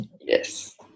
Yes